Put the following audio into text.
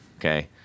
okay